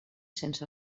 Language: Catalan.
sense